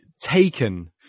Taken